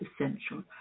essential